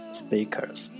speakers